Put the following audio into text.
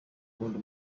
akunda